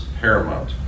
paramount